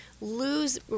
lose